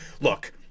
look